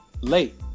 Late